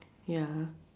ya